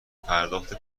پرداخت